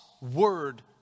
word